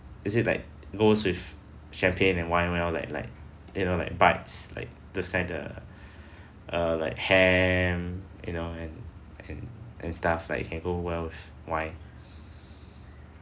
is it like goes with champagne and wine well like like you know like bites like those kinda uh like ham you know and and and stuff like it can go well with wine